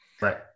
Right